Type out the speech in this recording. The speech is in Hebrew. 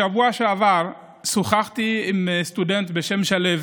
בשבוע שעבר שוחחתי עם סטודנט בשם שלו,